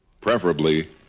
preferably